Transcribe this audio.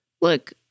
look